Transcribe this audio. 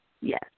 Yes